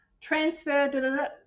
transfer